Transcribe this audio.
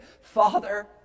Father